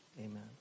Amen